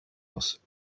else